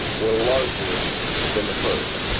were larger than the first.